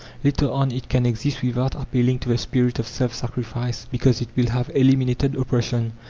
later on it can exist without appealing to the spirit of self-sacrifice, because it will have eliminated oppression,